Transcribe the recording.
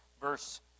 verse